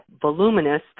voluminous